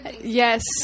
Yes